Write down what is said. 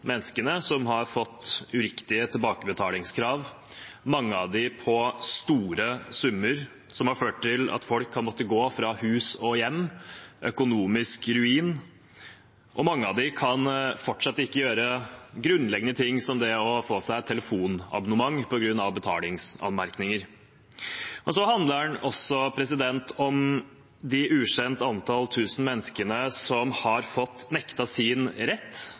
menneskene som har fått uriktige tilbakebetalingskrav, mange av dem på store summer, som har ført til at folk har måttet gå fra hus og hjem, ført til økonomisk ruin, og mange av dem kan fortsatt ikke gjøre grunnleggende ting, som å få seg et telefonabonnement, på grunn av betalingsanmerkninger. Så handler den også om de tusener av mennesker, et ukjent antall, som har blitt nektet sin rett